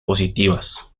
positivas